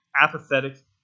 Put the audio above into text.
apathetic